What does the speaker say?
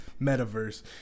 metaverse